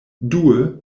due